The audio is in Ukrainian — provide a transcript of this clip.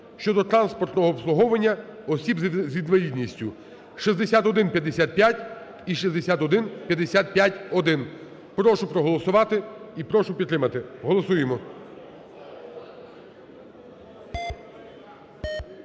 щодо транспортного обслуговування осіб з інвалідністю (6155 і 6155-1). Прошу проголосувати. І прошу підтримати. Голосуємо.